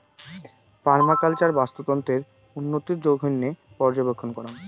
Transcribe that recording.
permaculture বাস্তুতন্ত্রের উন্নতির জইন্যে পর্যবেক্ষণ করাং